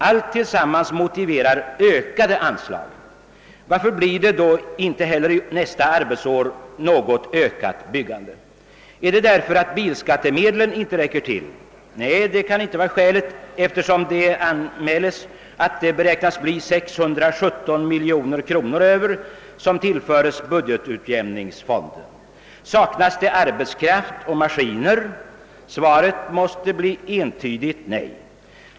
Allt tillsammans motiverar ökade anslag. Varför blir det då inte heller nästa arbetsår något ökat byggande? är det därför att bilskattemedlen inte räcker till? Nej, det kan inte vara skälet eftersom det blir 617 miljoner kronor över som tillföres budgetutjämningsfonden. Saknas det arbetskraft och maskiner? Svaret måste bli entydigt nej.